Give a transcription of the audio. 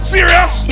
Serious